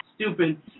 stupid